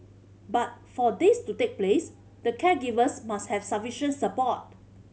but for this to take place the caregivers must have sufficient support